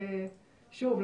שוב,